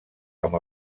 amb